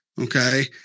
okay